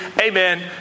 amen